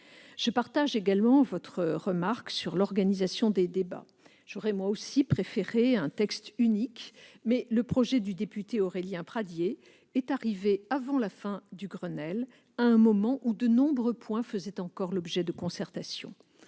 Je partage également votre remarque sur l'organisation des débats. J'aurais moi aussi préféré un texte unique, mais la proposition du député Aurélien Pradié est arrivée avant la fin du Grenelle, à un moment où de nombreux points faisaient encore l'objet de concertations.